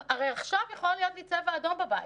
הרי עכשיו יכול להיות לי צבע אדום בבית,